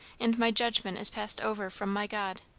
and my judgment is passed over from my god?